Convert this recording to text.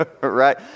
right